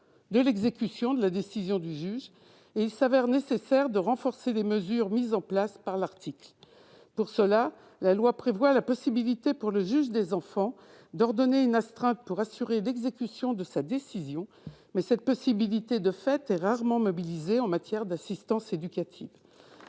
de l'exécution de la décision du juge. C'est pourquoi il est nécessaire de renforcer les mesures mises en place par l'article. Est prévue à cette fin la possibilité pour le juge des enfants d'ordonner une astreinte pour assurer l'exécution de sa décision, mais cette possibilité de fait est rarement mobilisée en matière d'assistance éducative-